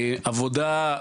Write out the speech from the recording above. עבודה,